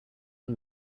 and